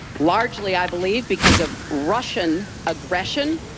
largely, i believe because of russian aggression.